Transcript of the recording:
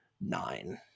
nine